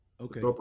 Okay